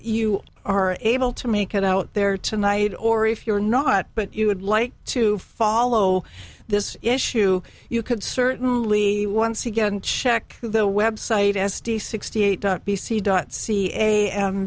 you are able to make it out there tonight or if you're not but you would like to follow this issue you could certainly once again check the web site s d sixty eight dot b c dot ca a